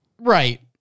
Right